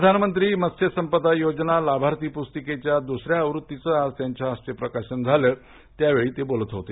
प्रधानमंत्री मत्स्यसंपदा योजना लाभार्थी पुस्तिकेच्या दुसऱ्या आवृत्तीच आज त्यांच्या हस्ते प्रकाशन झालं त्या वेळी ते बोलत होते